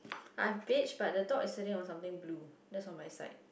I have beige but the dog is sitting on something blue that's on my side